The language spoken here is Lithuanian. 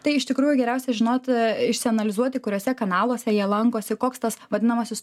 tai iš tikrųjų geriausia žinot e išsianalizuoti kuriuose kanaluose jie lankosi koks tas vadinamasis